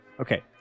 Okay